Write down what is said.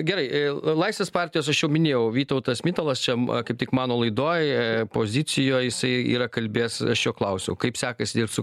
gerai laisvės partijos aš jau minėjau vytautas mitalas čia kaip tik mano laidoj pozicijoj jisai yra kalbėjęs aš jo klausiau kaip sekasi dirbti su